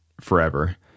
forever